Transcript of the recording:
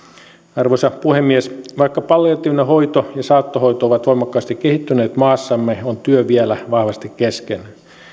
arvoisa puhemies vaikka palliatiivinen hoito ja saattohoito ovat voimakkaasti kehittyneet maassamme on työ vielä kesken